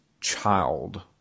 child